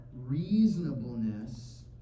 reasonableness